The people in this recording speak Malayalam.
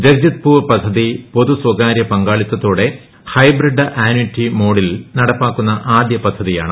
ജഗ് ജിത് പൂർ പദ്ധതി പൊതു സ്വകാര്യ പങ്കാളിത്തതോടെ ഹൈബ്രിഡ് ആനിറ്റി മോഡിൽ നടപ്പാക്കുന്ന ആദ്യ പദ്ധതിയാണ്